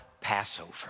Passover